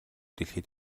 дэлхий